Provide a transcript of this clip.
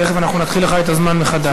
תכף אנחנו נתחיל לך את הזמן מחדש.